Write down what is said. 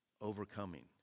overcoming